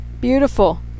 beautiful